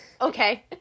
Okay